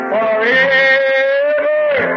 Forever